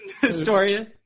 historia